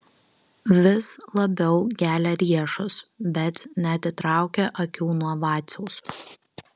vis labiau gelia riešus bet neatitraukia akių nuo vaciaus